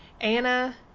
Anna